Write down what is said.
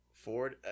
Ford